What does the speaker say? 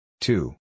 Two